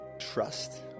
trust